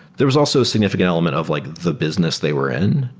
there was also a significant element of like the business they were in,